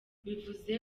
bivuze